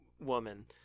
woman